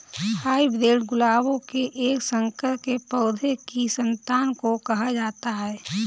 hybrid गुलाबों के एक संकर के पौधों की संतान को कहा जाता है